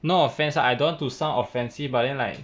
no offence ah I don't want to sound offensive but then like